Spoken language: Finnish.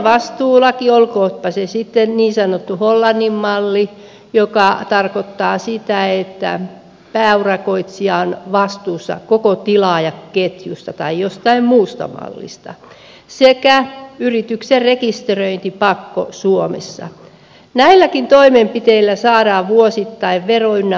tilaajavastuulaki olkoonpa se sitten niin sanottu hollannin malli joka tarkoittaa sitä että pääurakoitsija on vastuussa koko tilaajaketjusta tai jokin muu malli sekä yrityksen rekisteröintipakko suomessa näilläkin toimenpiteillä saadaan vuosittain vero ynnä muuta